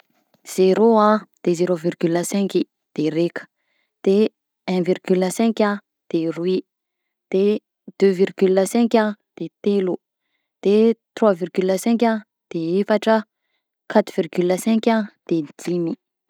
Zero a, de zero virgule cinq, de raika, de un virgule cinq a de roy, deux virgule cinq a de telo, trois virgule cinq a de efatra, quatre virgule cinq a de dimy.